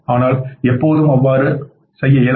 ஆனால் எப்போதும் அவ்வாறு செய்ய இயலாது